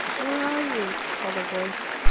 where are you? called a voice.